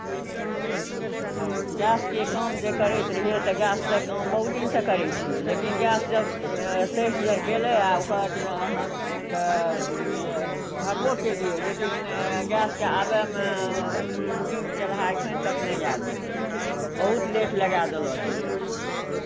गैसके काम जे करैत रहियै तऽ गैससँ काम बहुत दिनसँ करै छियै लेकिन लेकिन गैस जब सठि गेलै आ ओकर अहाँके भरबो केलियै लेकिन गैसकेँ आबयमे बुकिंग केलहा एखन तक नहि आयल यए बहुत लेट लगाए देलक यए